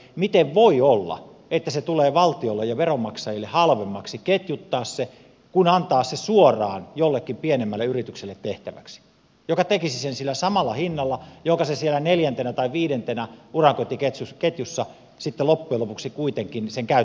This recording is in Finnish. miten voi olla että valtiolle ja veronmaksajille tulee halvemmaksi ketjuttaa kuin antaa se tehtäväksi suoraan jollekin pienemmälle yritykselle joka tekisi sen sillä samalla hinnalla millä se siellä neljäntenä tai viidentenä urakointiketjussa oleva sitten loppujen lopuksi kuitenkin sen käytännön työn tekee